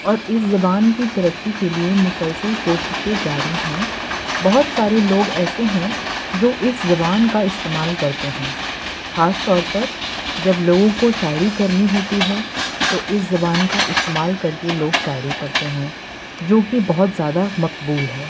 اور اس زبان کی ترقی کے لیے مسلسل کوششیں جاری ہیں بہت سارے لوگ ایسے ہیں جو اس زبان کا استعمال کرتے ہیں خاص طور پر جب لوگوں کو شاعری کرنی ہوتی ہے تو اس زبان کا استعمال کر کے لوگ شاعری کرتے ہیں جو کہ بہت زیادہ مقبول ہے